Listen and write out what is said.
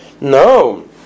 No